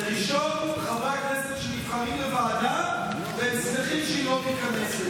זה ראשון חברי הכנסת שנבחרים לוועדה ושמחים שהיא לא מתכנסת.